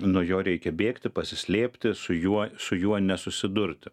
nuo jo reikia bėgti pasislėpti su juo su juo nesusidurti